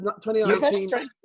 2019